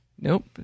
Nope